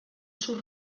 sus